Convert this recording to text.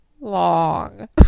long